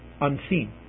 unseen